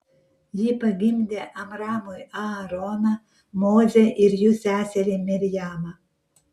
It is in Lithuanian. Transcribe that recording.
ji pagimdė amramui aaroną mozę ir jų seserį mirjamą